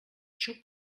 xup